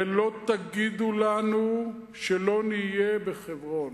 ולא תגידו לנו שלא נהיה בחברון.